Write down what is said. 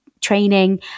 training